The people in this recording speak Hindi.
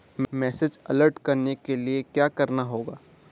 मैसेज अलर्ट करवाने के लिए क्या करना होगा?